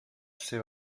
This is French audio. c’est